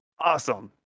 awesome